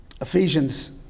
Ephesians